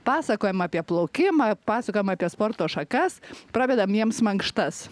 pasakojam apie plaukimą pasakojam apie sporto šakas pravedam jiems mankštas